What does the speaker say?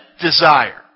desire